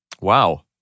wow